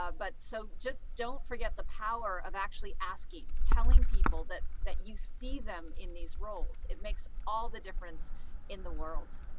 ah but so just don't forget the power of actually asking telling people that that you see them in these roles. it makes all the difference in the world.